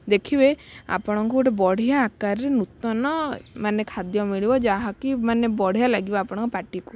ଦେଖିବେ ଆପଣଙ୍କୁ ଗୋଟେ ବଢ଼ିଆ ଆକାରରେ ନୂତନ ମାନେ ଖାଦ୍ୟ ମିଳିବ ଯାହାକି ମାନେ ବଢ଼ିଆ ଲାଗିବ ଆପଣଙ୍କ ପାଟିକୁ